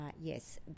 yes